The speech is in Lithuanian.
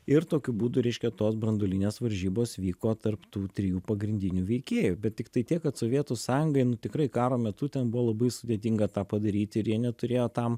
ir tokiu būdu reiškia tos branduolinės varžybos vyko tarp tų trijų pagrindinių veikėjų bet tiktai tiek kad sovietų sąjungai nu tikrai karo metu ten buvo labai sudėtinga tą padaryti ir jie neturėjo tam